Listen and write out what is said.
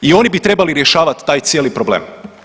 I oni bi trebali rješavati taj cijeli problem.